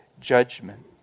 judgment